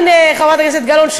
הנה חברת הכנסת גלאון,